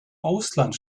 ausland